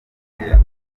oya